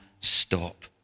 stop